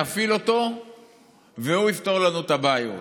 נפעיל אותו והוא יפתור לנו את הבעיות.